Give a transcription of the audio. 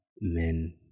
men